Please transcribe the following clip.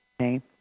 Okay